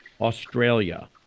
Australia